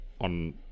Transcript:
on